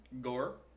Gore